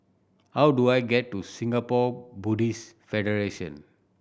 how do I get to Singapore Buddhist Federation